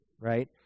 right